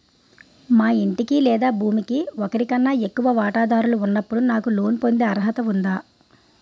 మా ఇంటికి లేదా భూమికి ఒకరికన్నా ఎక్కువ వాటాదారులు ఉన్నప్పుడు నాకు లోన్ పొందే అర్హత ఉందా?